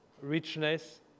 richness